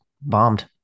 bombed